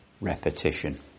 repetition